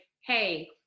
hey